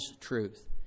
truth